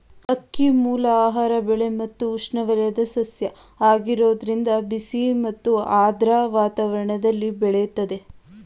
ಅಕ್ಕಿಮೂಲ ಆಹಾರ ಬೆಳೆ ಮತ್ತು ಉಷ್ಣವಲಯದ ಸಸ್ಯ ಆಗಿರೋದ್ರಿಂದ ಬಿಸಿ ಮತ್ತು ಆರ್ದ್ರ ವಾತಾವರಣ್ದಲ್ಲಿ ಬೆಳಿತದೆ